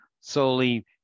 solely